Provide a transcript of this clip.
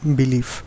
belief